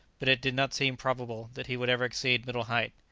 but it did not seem probable that he would ever exceed middle height,